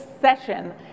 session